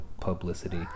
publicity